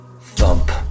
thump